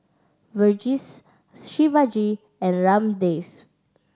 Verghese Shivaji and Ramdev